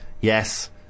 Yes